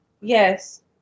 yes